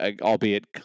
Albeit